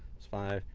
five.